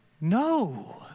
no